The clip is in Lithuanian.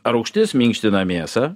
rūgštis minkština mėsą